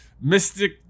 mystic